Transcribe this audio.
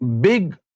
big